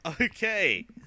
Okay